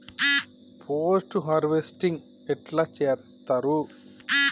Post harvesting ఎట్ల చేత్తరు?